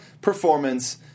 performance